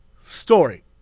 story